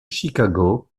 chicago